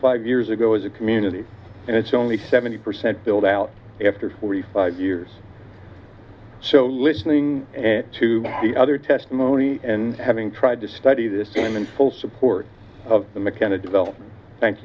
five years ago as a community and it's only seventy percent build out after forty five years so listening to the other testimony and having tried to study this in in full support of the mckenna development thank